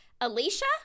Alicia